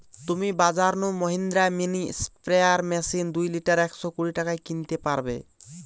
তুমি বাজর নু মহিন্দ্রা মিনি স্প্রেয়ার মেশিন দুই লিটার একশ কুড়ি টাকায় কিনতে পারবে